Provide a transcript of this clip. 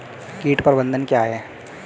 कीट प्रबंधन क्या है?